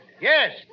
Yes